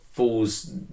Falls